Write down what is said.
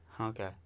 Okay